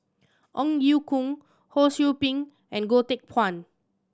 Ong Ye Kung Ho Sou Ping and Goh Teck Phuan